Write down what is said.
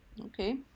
Okay